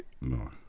no